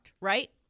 right